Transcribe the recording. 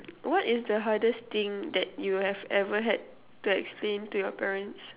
what is the hardest thing that you have ever had to explain to your parents